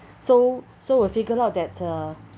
so so we figured out that uh